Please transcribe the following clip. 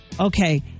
Okay